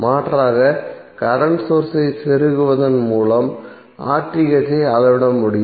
மாற்றாக current source ஐ செருகுவதன் மூலமும் ஐ அளவிட முடியும்